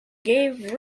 gave